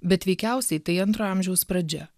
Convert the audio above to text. bet veikiausiai tai antro amžiaus pradžia